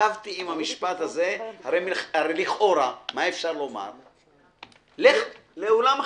הרי לכאורה אפשר לומר: "לך לאולם אחר".